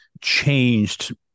changed